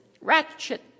ratchet